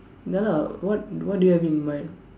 ya lah what what do you have in mind